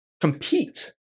compete